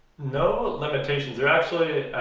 no limitations are actually ah